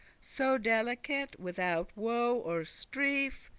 so delicate, withoute woe or strife,